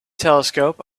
telescope